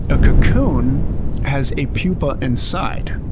a cocoon has a pupa inside.